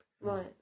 Right